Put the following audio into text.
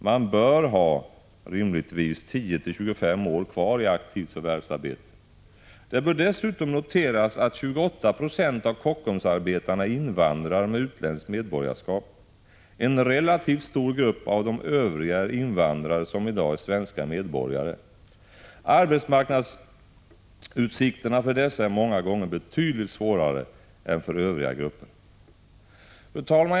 Man bör rimligtvis ha 10-25 år kvar i aktivt förvärvsarbete. Det bör dessutom noteras att 28 96 av Kockumsarbetarna är invandrare med utländskt medborgarskap. En relativt stor grupp av de övriga är invandrare som i dag är svenska medborgare. Arbetsmarknadsutsikterna för dessa är ofta betydligt svårare än för övriga grupper. Fru talman!